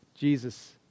Jesus